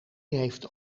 heeft